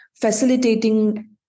facilitating